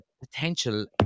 Potential